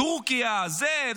טורקיה וזה.